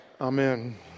Amen